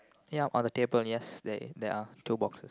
yup on the table yes there there are two boxes